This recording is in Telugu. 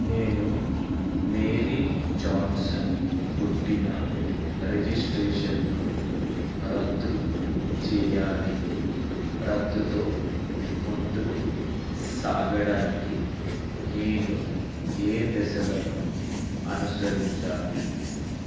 నేను మేరీ జాన్సన్ పుట్టిన రిజిస్ట్రేషన్ను రద్దు చేయాలి రద్దుతో ముందుకు సాగడానికి నేను ఏ దశలను అనుసరించాలి